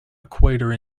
equator